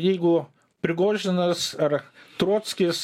jeigu prigožinas ar trockis